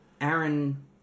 Aaron